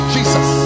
Jesus